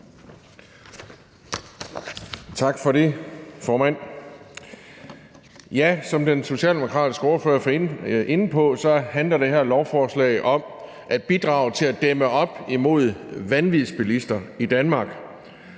Som den socialdemokratiske ordfører var inde på, handler det her lovforslag om at bidrage til at dæmme op for vanvidsbilister i Danmark.